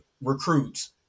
recruits